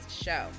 show